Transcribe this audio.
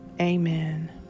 Amen